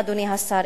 אדוני השר,